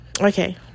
Okay